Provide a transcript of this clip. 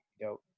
Dope